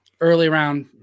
early-round